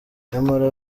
nyamara